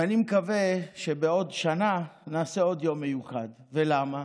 ואני מקווה שבעוד שנה נעשה עוד יום מיוחד, ולמה?